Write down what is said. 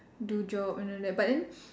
do job and all that but then